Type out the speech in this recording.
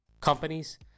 companies